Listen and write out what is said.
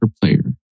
player